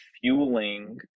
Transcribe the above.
fueling